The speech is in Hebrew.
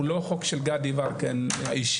הוא לא חוק של גדי יברקן אישי,